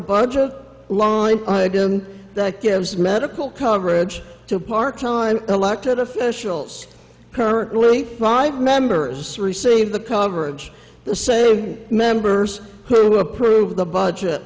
budget line item that gives medical coverage to part time elected officials currently five members receive the coverage the same members who approve the budget